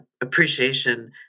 appreciation